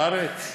בארץ?